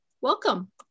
Welcome